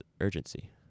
urgency